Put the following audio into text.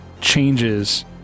changes